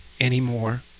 anymore